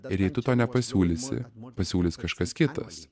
ir jei tu to nepasiūlysi pasiūlys kažkas kitas